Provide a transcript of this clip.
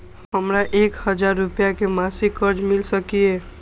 हमरा एक हजार रुपया के मासिक कर्ज मिल सकिय?